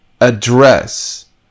address